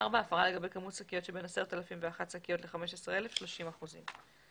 הפרה לגבי כמות שקיות שבין 10,001 שקיות ל-15,000 30 אחוזים,